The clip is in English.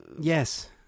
Yes